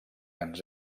ens